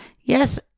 yes